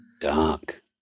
Dark